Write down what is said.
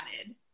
added